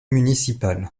municipal